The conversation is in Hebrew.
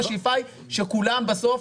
השאיפה היא שכולם בסוף,